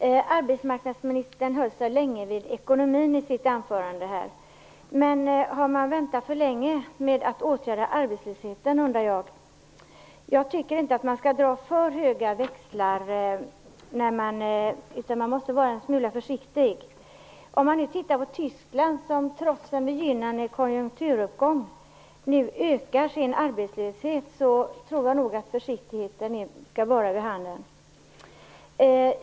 Herr talman! I sitt anförande uppehöll sig arbetsmarknadsministern länge vid ekonomin. Har man väntat för länge med att åtgärda arbetslösheten, undrar jag. Jag tycker inte att man skall dra för höga växlar, utan vara en smula försiktig. Om vi ser på Tyskland, som trots en begynnande konjunkturuppgång nu ökar sin arbetslöshet, tror jag att en viss försiktighet bör vara för handen.